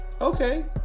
Okay